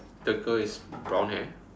the girl is brown hair